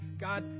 God